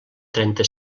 trenta